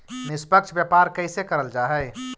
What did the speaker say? निष्पक्ष व्यापार कइसे करल जा हई